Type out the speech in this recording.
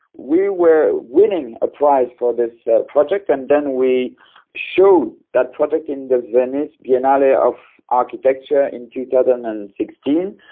we were winning a prize for this project and then we showed that project in the venice biennale of architecture in two thousand and sixteen.